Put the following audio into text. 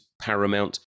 paramount